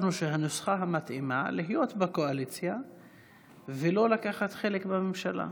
היא להיות בקואליציה ולא לקחת חלק בממשלה.